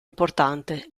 importante